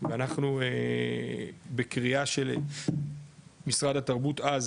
ואנחנו בקריאה של משרד התרבות אז,